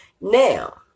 now